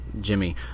Jimmy